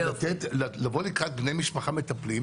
לבוא לקראת בני משפחה מטפלים.